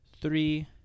three